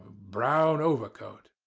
brown overcoat.